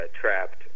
trapped